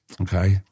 Okay